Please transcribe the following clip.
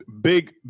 big